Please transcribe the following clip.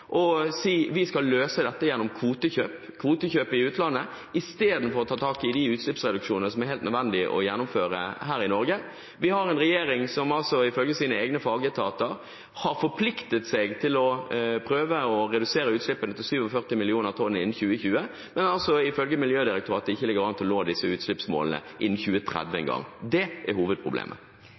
si at vi skal løse dette gjennom kvotekjøp i utlandet, i stedet for å ta tak i de utslippsreduksjonene som det er helt nødvendig å gjennomføre her i Norge. Vi har en regjering som – ifølge sine egne fagetater – har forpliktet seg til å prøve å redusere utslippene til 47 mill. tonn innen 2020, men som ifølge Miljødirektoratet ikke ligger an til å nå disse utslippsmålene innen 2030 engang. Det er hovedproblemet.